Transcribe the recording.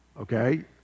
Okay